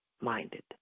minded